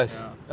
ya